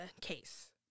case